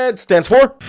ah stands for